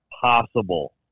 possible